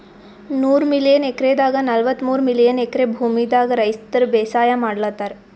ನೂರ್ million ಎಕ್ರೆದಾಗ್ ನಲ್ವತ್ತಮೂರ್ million acre ಭೂಮಿದಾಗ್ ರೈತರ್ ಬೇಸಾಯ್ ಮಾಡ್ಲತಾರ್